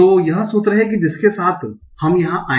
तो यह सूत्र है कि जिसके साथ हम यहा आए